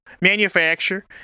manufacture